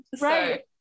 Right